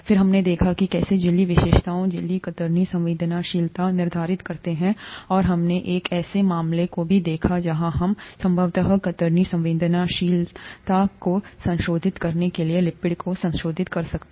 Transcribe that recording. फिर हमने देखा कि कैसे झिल्ली विशेषताओं झिल्ली कतरनी संवेदनशीलता निर्धारित करते हैं और हमने एक ऐसे मामले को भी देखा जहां हम संभवतः कतरनी संवेदनशीलता को संशोधित करने के लिए लिपिड को संशोधित कर सकते हैं